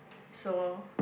so